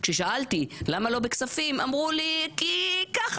כששאלתי למה לא בכספים, אמרו לי: כי ככה.